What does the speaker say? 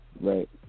Right